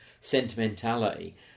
sentimentality